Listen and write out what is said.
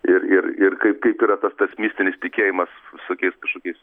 ir ir ir kaip kaip yra tas tas mistinis tikėjimas visokiais kažkokiais